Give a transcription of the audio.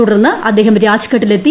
തുടർന്ന് അദ്ദേഹം രാജ് ഘട്ടിലെത്തി